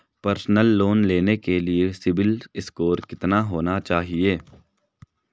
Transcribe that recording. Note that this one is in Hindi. पर्सनल लोंन लेने के लिए सिबिल स्कोर कितना होना चाहिए?